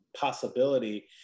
possibility